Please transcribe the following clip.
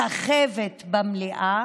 סחבת במליאה,